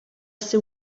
ser